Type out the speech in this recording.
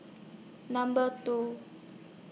Number two